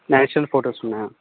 natural photos ఉన్నాయా